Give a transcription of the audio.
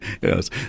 yes